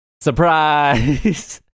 surprise